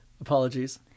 Apologies